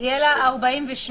יהיה לה 48 שעות.